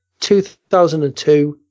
2002